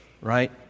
right